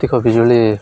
ଅଧିକ ବିଜୁଳି